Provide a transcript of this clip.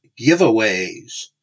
giveaways